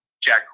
Jack